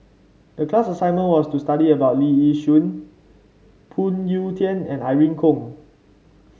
the class assignment was to study about Lee Yi Shyan Phoon Yew Tien and Irene Khong